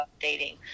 updating